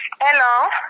Hello